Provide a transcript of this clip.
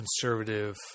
conservative